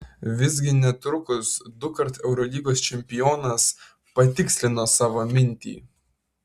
visgi netrukus dukart eurolygos čempionas patikslino savo mintį